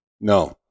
no